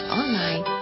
online